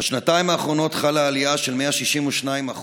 בשנתיים האחרונות חלה עלייה של 162%